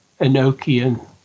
Enochian